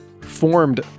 formed